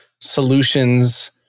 solutions